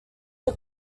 are